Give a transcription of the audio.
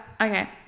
Okay